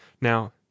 now